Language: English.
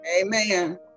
Amen